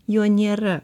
jo nėra